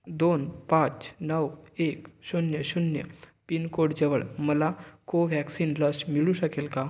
दोन पाच नऊ एक शून्य शून्य पिनकोडजवळ मला कोव्हॅक्सिन लस मिळू शकेल का